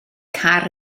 car